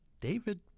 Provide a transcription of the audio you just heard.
david